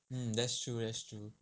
mm that's true that's true